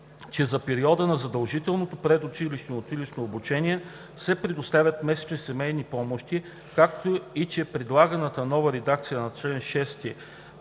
че за периода на задължителното предучилищно и училищно обучение се предоставят месечни семейни помощи, както и че предлаганата нова редакция на ал. 6